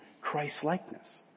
Christ-likeness